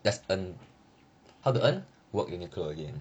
just earn how to earn work uniqlo again